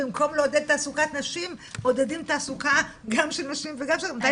של במקום לעודד תעסוקת נשים מודדים תעסוקה גם של נשים וגם של גברים,